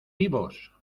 vivos